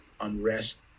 unrest